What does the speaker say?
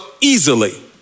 easily